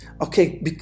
Okay